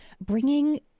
Bringing